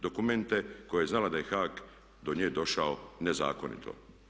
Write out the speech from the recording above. Dokumente koje je znala da je Hag do nje došao nezakonito.